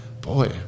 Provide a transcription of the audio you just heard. Boy